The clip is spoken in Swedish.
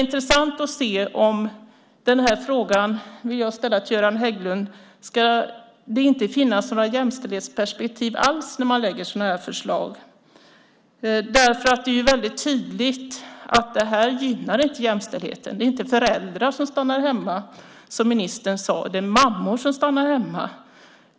Jag har en fråga till Göran Hägglund: Ska det inte finnas några jämställdhetsperspektiv alls när man lägger fram sådana här förslag? Det är ju tydligt att detta inte gynnar jämställdheten. Det är inte föräldrar som stannar hemma, som ministern sade, utan det är mammor som stannar hemma.